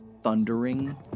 thundering